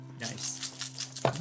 Nice